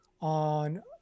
on